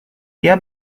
dia